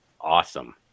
awesome